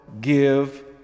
give